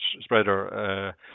spreader